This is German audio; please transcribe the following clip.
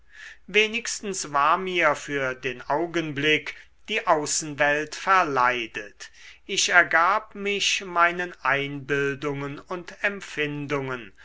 wenigstens war mir für den augenblick die außenwelt verleidet ich ergab mich meinen einbildungen und empfindungen